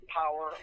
power